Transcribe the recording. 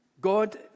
God